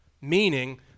Meaning